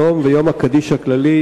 צום ויום הקדיש הכללי,